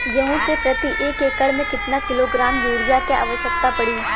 गेहूँ के प्रति एक एकड़ में कितना किलोग्राम युरिया क आवश्यकता पड़ी?